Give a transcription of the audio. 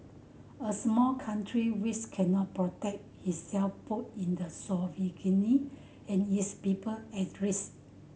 a small country which cannot protect itself put in the sovereignty and its people at risk